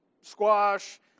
squash